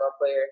player